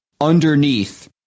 underneath